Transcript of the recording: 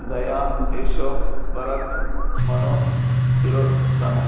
Daya Ishu Bharat Manu Chiru Shamu